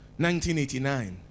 1989